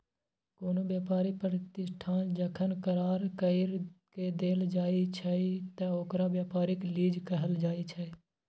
कोनो व्यापारी प्रतिष्ठान जखन करार कइर के देल जाइ छइ त ओकरा व्यापारिक लीज कहल जाइ छइ